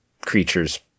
creatures